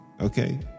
Okay